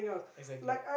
exactly